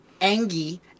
Angie